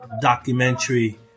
documentary